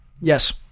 yes